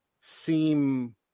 seem